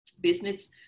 business